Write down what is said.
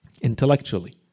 intellectually